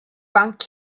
banc